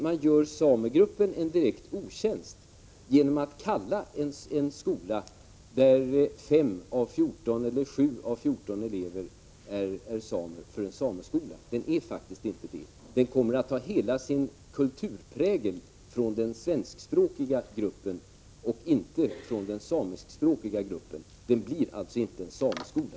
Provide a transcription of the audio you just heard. Man gör samegruppen en direkt otjänst, om man kallar en skola där 5 eller 7 av 14 elever är samer för en sameskola. Det är faktiskt inte en sameskola. Den kommer att ta hela sin kulturprägel från den svenskspråkiga gruppen och inte från den samiskspråkiga gruppen — den blir alltså inte en sameskola.